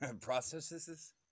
processes